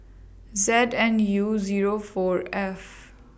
Z and N U Zero four F